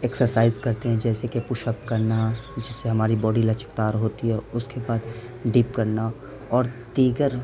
exercise کرتے ہیں جیسے کہ پش اپ کرنا جس سے ہماری باڈی لچکدار ہوتی ہے اور اس کے بعد ڈپ کرنا اور دیگر